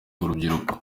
urubyiruko